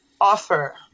offer